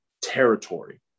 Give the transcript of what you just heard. territory